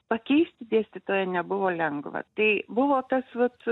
pakeisti dėstytoją nebuvo lengva tai buvo tas vat